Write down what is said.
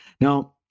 now